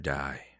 die